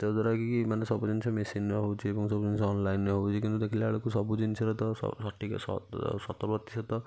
ତା'ଦ୍ୱାରା କି ମାନେ ସବୁଜିନିଷ ମେସିନ୍ରେ ହେଉଛି କିନ୍ତୁ ସବୁ ଜିନିଷ ଅନଲାଇନ୍ରେ ହେଉଛି କିନ୍ତୁ ଦେଖିଲାବେଳକୁ ସବୁ ଜିନିଷର ତ ସଠିକ୍ ଶତ ପ୍ରତିଶତ